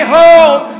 home